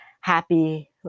happy